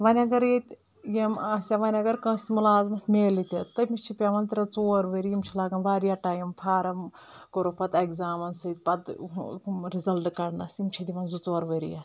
وَۄنۍ اگر ییٚتہِ یِم آسپِ ہا وَۄنۍ اگر کٲنٛسہِ مُلازِمت مَیٚلہِ تہِ تٔمِس چھِ پؠوان ترٛےٚ ژور ؤری یِم چھِ لاگَان واریاہ ٹایم فارَم کوٚرُکھ پَتہٕ ایٚگزامَن سۭتۍ پَتہٕ رِزَلٹہٕ کَڑنَس یِم چھِ دِوان زٕ ژور ؤری یَتھ